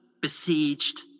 besieged